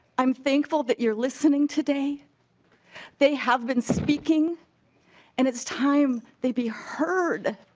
i am thankful that you are listening today they have been speaking and it's time they be heard.